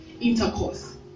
intercourse